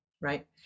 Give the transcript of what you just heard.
right